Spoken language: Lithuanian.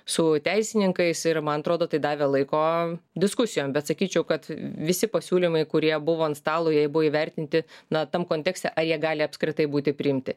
su teisininkais ir man atrodo tai davė laiko diskusijom bet sakyčiau kad visi pasiūlymai kurie buvo ant stalo jei buvo įvertinti na tam kontekste ar jie gali apskritai būti priimti